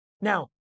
Now